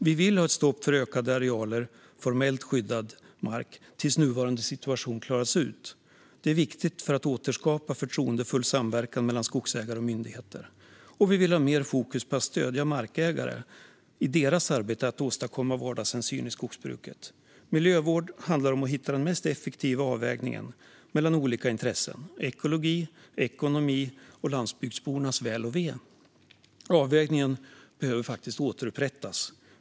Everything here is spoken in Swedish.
Vi vill ha ett stopp för ökade arealer formellt skyddad mark tills nuvarande situation klarats ut. Det är viktigt för att återskapa förtroendefull samverkan mellan skogsägare och myndigheter. Vi vill ha mer fokus på att stödja markägare i deras arbete med att åstadkomma vardagshänsyn i skogsbruket. Miljövård handlar om att hitta den mest effektiva avvägningen mellan olika intressen: ekologi, ekonomi och landsbygdsbornas väl och ve. Avvägningen behöver återupprättas.